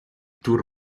tour